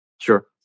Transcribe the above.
Sure